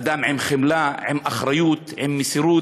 אדם עם חמלה, עם אחריות, עם מסירות.